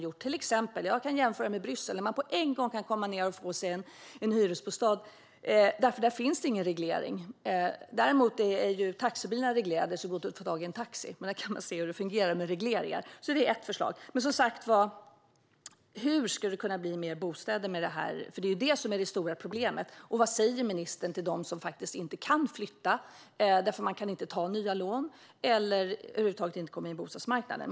Det har man gjort i Bryssel, så där kan människor få en hyresbostad på en gång. Däremot är taxibilarna reglerade, så det går inte att få tag i en taxi. Så fungerar det med regleringar. Men som sagt, hur blir det mer bostäder med detta? Det är det stora problemet. Vad säger ministern till dem som faktiskt inte kan flytta för att de inte kan ta nya lån eller till dem som inte ens kommer in på bostadsmarknaden?